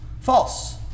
False